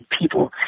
people